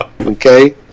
Okay